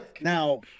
now